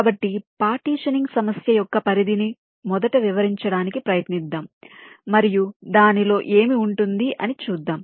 కాబట్టి పార్టిషనింగ్ సమస్య యొక్క పరిధిని మొదట వివరించడానికి ప్రయత్నిద్దాం మరియు దానిలో ఏమి ఉంటుంది అని చూద్దాం